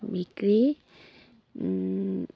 বিক্ৰী